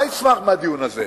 מה יצמח מהדיון הזה?